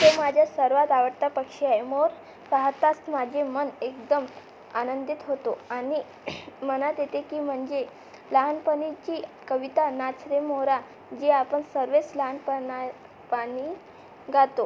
माझे सर्वात आवडता पक्षी आहे मोर पाहाताच माझे मन एकदम आनंदित होतो आणि मनात येते की म्हणजे लहानपणीची कविता नाच रे मोरा जी आपण सर्वच लहानपणा पणी गातो